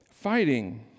fighting